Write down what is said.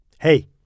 Hey